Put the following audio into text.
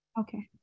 Okay